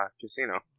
casino